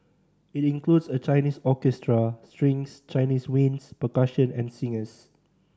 it includes a Chinese orchestra strings Chinese winds percussion and singers